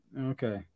Okay